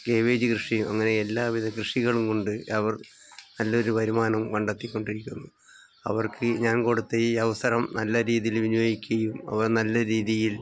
cabbage കൃഷിയും അങ്ങനെ എല്ലാവിധ കൃഷികളുംകൊണ്ട് അവർ നല്ലൊരു വരുമാനം കണ്ടെത്തിക്കൊണ്ടിരിക്കുന്നു അവർക്ക് ഞാൻ കൊടുത്ത ഈ അവസരം നല്ല രീതിയില് വിനിയോഗിക്കുകയും അവർ നല്ല രീതിയിൽ